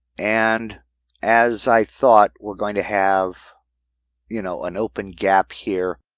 and as i thought, we're going to have you know an open gap here.